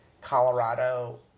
Colorado